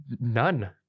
None